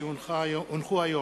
כי הונחה היום